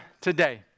today